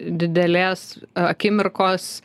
didelės akimirkos